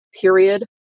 period